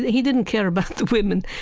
he didn't care about the women.